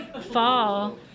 fall